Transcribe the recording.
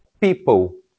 people